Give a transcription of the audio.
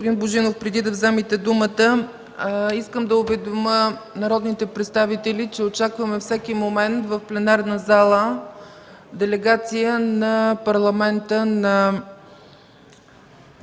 Божинов, преди да вземете думата, искам да уведомя народните представители, че очакваме всеки момент в пленарната зала делегация на Парламента на